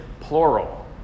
plural